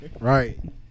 Right